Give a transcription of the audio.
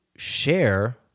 share